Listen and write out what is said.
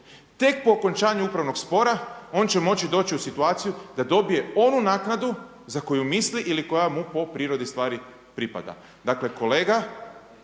Tek po okončanju upravnog spora on će moći doći u situaciju da dobije onu naknadu za koju misli ili koja mu po prirodi stvari pripada. Dakle kolega,